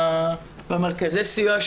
במרכזי הסיוע,